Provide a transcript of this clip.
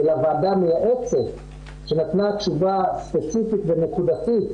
ולוועדה המייעצת שנתנה תשובה ספציפית ונקודתית